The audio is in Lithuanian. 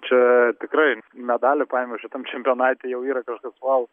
čia tikrai medalį paėmiau šitam čempionate jau yra kažkas vau